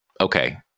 okay